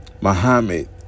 Muhammad